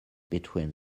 between